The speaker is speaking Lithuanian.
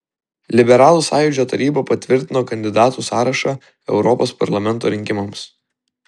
liberalų sąjūdžio taryba patvirtino kandidatų sąrašą europos parlamento rinkimams